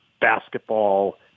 basketball